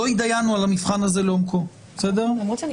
בדרך כלל דרג ניהולי.